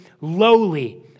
lowly